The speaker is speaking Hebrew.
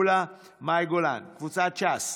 פטין מולא ומאי גולן, קבוצת סיעת ש"ס: